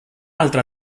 altra